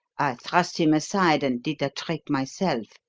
thrust him aside and did the trick myself.